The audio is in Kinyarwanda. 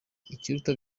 ikiruta